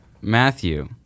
matthew